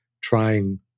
trying